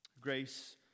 Grace